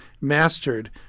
mastered